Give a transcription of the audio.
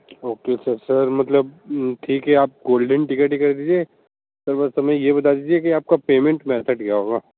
okay sir sir मतलब ठीक है आप गोल्डेन टिकेट ही कर दीजिए सर बस हमें ये बता दीजिए कि आपका पेमेंट मेथड क्या होगा